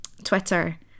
Twitter